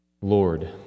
Lord